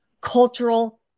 cultural